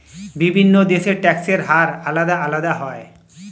বিভিন্ন দেশের ট্যাক্সের হার আলাদা আলাদা হয়